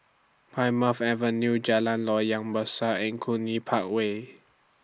Plymouth Avenue Jalan Loyang Besar and Cluny Park Way